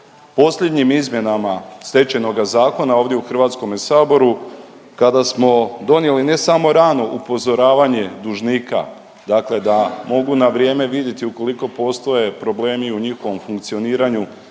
Posljednjim izmjenama Stečajnoga zakona ovdje u Hrvatskome saboru kada smo donijeli ne samo rano upozoravanje dužnika, dakle da mogu na vrijeme vidjeti ukoliko postoje problemi u njihovom funkcioniranju